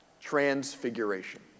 Transfiguration